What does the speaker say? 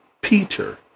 Peter